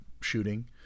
shooting